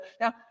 Now